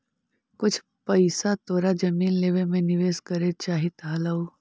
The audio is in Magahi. कुछ पइसा तोरा जमीन लेवे में निवेश करे चाहित हलउ